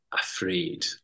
afraid